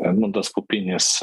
edmundas pupinis